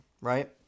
right